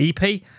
EP